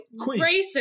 racist